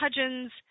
Hudgens